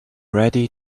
ready